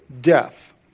death